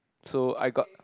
so I got